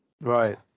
Right